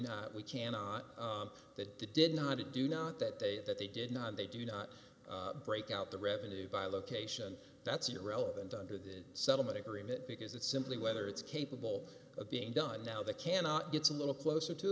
not we cannot that did not to do not that they that they did not they do not break out the revenue by location that's irrelevant under the settlement agreement because it simply whether it's capable of being done now they cannot gets a little closer to